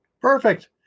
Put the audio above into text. Perfect